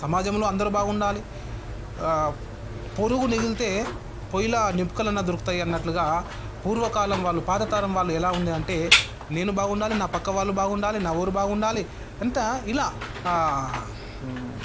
సమాజంలో అందరూ బాగుండాలి పొరుగు నురిపితే పొయ్యిలో నిప్పు కణాలు దొరుకుతాయి అన్నట్లుగా పూర్వకాలం వాళ్ళు పాతతరం వాళ్ళు ఎలా ఉండేది అంటే నేను బాగుండాలి నా పక్క వాళ్ళు బాగుండాలి నా ఊరు బాగుండాలి ఎంత ఇలా